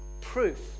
proof